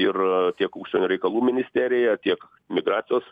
ir tiek užsienio reikalų ministerija tiek migracijos